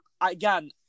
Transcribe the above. again